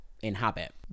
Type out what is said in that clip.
inhabit